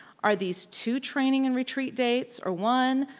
are these two training and retreat dates or one?